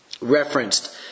referenced